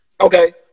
Okay